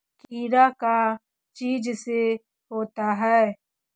कीड़ा का चीज से होता है?